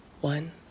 One